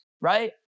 right